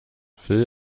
phil